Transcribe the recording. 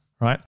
right